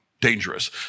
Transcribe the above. dangerous